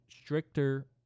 stricter